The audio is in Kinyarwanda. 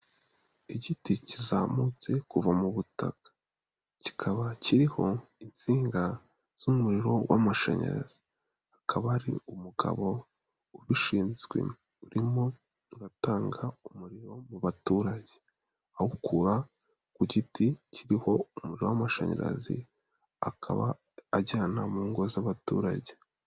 Igiti kizamutse kuva mu butaka, kikaba kiriho insinga z'umuriro w'amashanyarazi, hakaba hari umugabo ubishinzwe urimo uratanga umuriro mu baturage awukura ku giti kiriho umuriro w'amashanyarazi, akaba ajyana mu ngo z'abaturage.